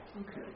Okay